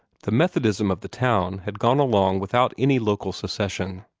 the methodism of the town had gone along without any local secession.